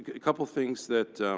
a couple of things that,